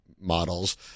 models